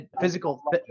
physical